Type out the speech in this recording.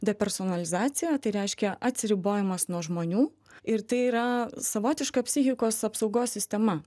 depersonalizacija tai reiškia atsiribojimas nuo žmonių ir tai yra savotiška psichikos apsaugos sistema